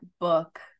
book